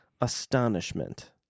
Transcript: astonishment